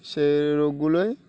সেই রোগগুলোয়